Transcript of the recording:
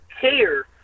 care